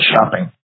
shopping